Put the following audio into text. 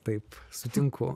taip sutinku